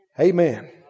Amen